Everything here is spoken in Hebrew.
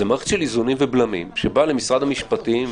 זו מערכת של איזונים ובלמים שבה למשרד המשפטים,